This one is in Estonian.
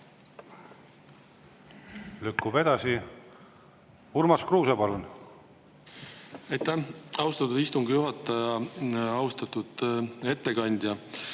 Lükkub edasi. Urmas Kruuse, palun! Aitäh, austatud istungi juhataja! Austatud ettekandja!